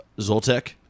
Zoltek